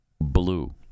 blue